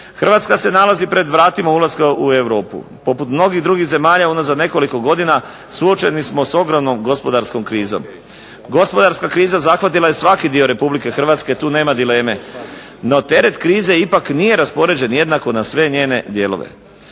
Hrvatska se nalazi pred vratima ulaska u Europu. Poput mnogih drugih zemalja unazad nekoliko godina suočeni smo s ogromnom gospodarskom krizom. Gospodarska kriza zahvatila je svaki dio Republike Hrvatske, tu nema dileme. No, teret krize ipak nije raspoređen jednako na sve njene dijelove.